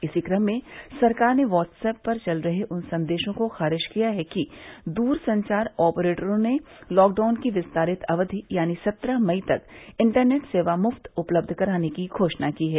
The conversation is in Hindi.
इसी क्रम में सरकार ने व्हाट्सएप पर चल रहे उन संदेशों को खारिज किया है कि दूरसंचार ऑपरेटरों ने लॉकडाउन की विस्तारित अवधि यानी सत्रह मई तक इंटरनेट सेवा मुफ्त उपलब्ध कराने की घोषणा की है